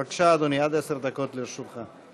בבקשה, אדוני, עד עשר דקות לרשותך.